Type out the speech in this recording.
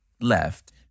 left